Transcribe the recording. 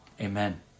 Amen